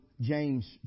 James